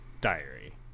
diary